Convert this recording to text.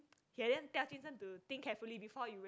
okay then tell jun sheng to think carefully before you went